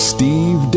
Steve